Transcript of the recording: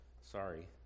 Sorry